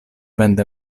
vende